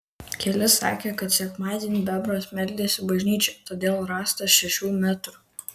keli sakė kad sekmadienį bebras meldėsi bažnyčioje todėl rąstas šešių metrų